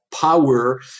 power